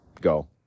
go